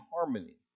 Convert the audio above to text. harmony